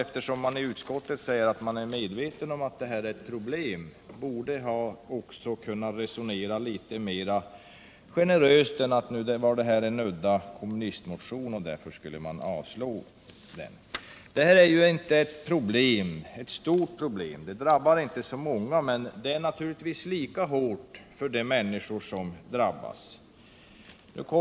Eftersom man i utskottet säger att man är medveten om att detta är ett problem, borde man också ha kunnat resonera litet mer generöst än att säga att detta är en udda kommunistmotion och därför skulle man avstyrka. Detta är inget stort problem. Det drabbar inte så många, men det är naturligtvis lika hårt för de människor som drabbas.